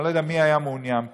אני לא יודע מי היה מעוניין פה,